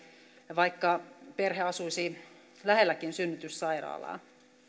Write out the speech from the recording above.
vaikka perhe asuisi lähelläkin synnytyssairaalaa